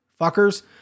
fuckers